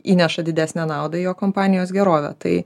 įneša didesnę naudą į jo kompanijos gerovę tai